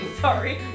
Sorry